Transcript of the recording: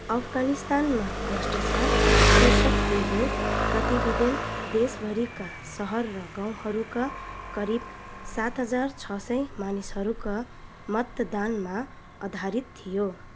अफगानिस्तानमा भ्रष्टाचार शीर्षकको यो प्रतिवेदन देशभरीका सहर र गाउँहरूका करिब सात हजार छ सय मानिसहरूको मतदानमा आधारित थियो